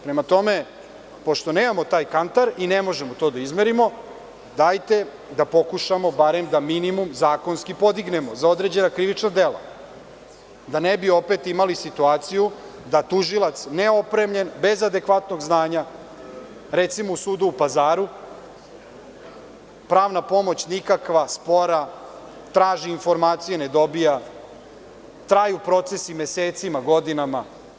Prema tome, pošto nemamo taj kantar i ne možemo to da izmerimo, dajte da pokušamo barem da minimum zakonski podignemo za određena krivična dela, da ne bi opet imali situaciju da tužilac, neopremljen, bez adekvatnog znanja, recimo u sudu u Pazaru, pravna pomoć nikakva, spora, traži informacije, ne dobija, traju procesi mesecima, godinama.